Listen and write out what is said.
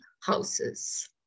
houses